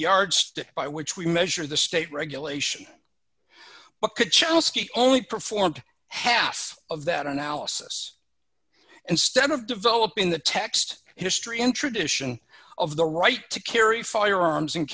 yardstick by which we measure the state regulation but could chelsea only performed half of that analysis instead of developing the text history in tradition of the right to carry firearms in